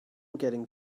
getting